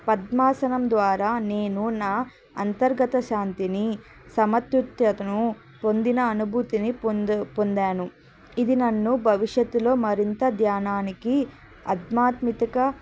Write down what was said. పద్మాసనం ద్వారా నేను నా అంతర్గత శాంతిని సమతుల్యతను పొందిన అనుభూతిని పొంద పొందాను ఇది నన్ను భవిష్యత్తులో మరింత ధ్యానానికి ఆధ్యాత్మిక